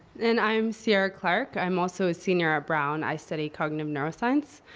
and i'm sierra clark. i'm also a senior at brown. i study cognitive neuroscience.